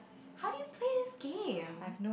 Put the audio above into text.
how do you play this game